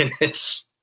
minutes